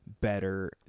better